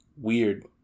Weird